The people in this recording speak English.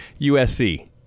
USC